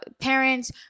parents